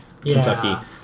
Kentucky